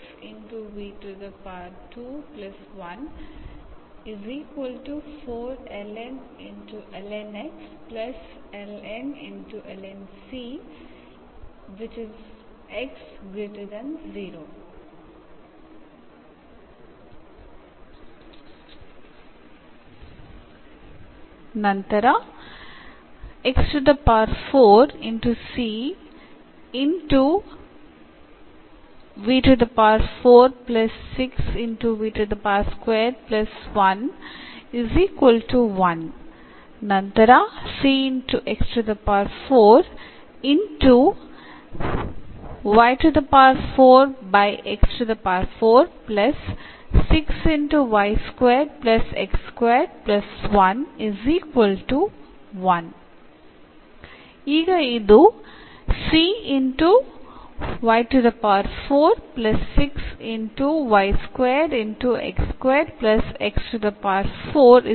അതിനാൽ നമ്മൾ ചെയ്തത് അതിനാൽ എന്നത് തന്നിരിക്കുന്ന ഡിഫറൻഷ്യൽ സമവാക്യത്തിന്റെ സൊലൂഷൻ ആയി എന്നിവയുടെ ഇംപ്ലിസിറ്റ് രൂപത്തിൽ നമുക്ക് നൽകിയിരിക്കുന്നു